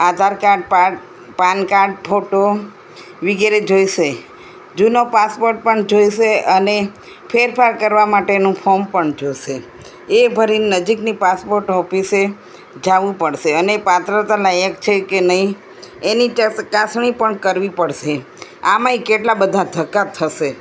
આધાર card PAN card photo વગેરે જોઈશે જૂનો પાસપોર્ટ પણ જોઈશે અને ફેરફાર કરવા માટેનું ફોર્મ પણ જોઈશે એ ભરીને નજીકની પાસપોર્ટ ઓફિસે જવું પડશે અને પાત્રતાલાયક છે કે નહીં એની ચકાસણી પણ કરવી પડશે આમાંયે કેટલા બધા ધક્કા થશે